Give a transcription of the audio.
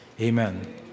Amen